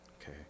Okay